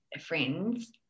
friends